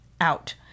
out